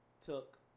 took